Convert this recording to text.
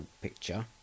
picture